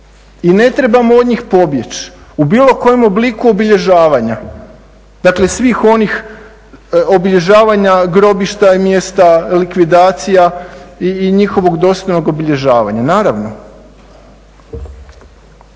i ne trebamo od njih pobjeći u bilo kojem obliku obilježavanja, dakle svih onih obilježavanja grobišta i mjesta likvidacija i njihovog dostojnog obilježavanja, naravno.